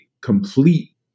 complete